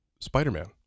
spider-man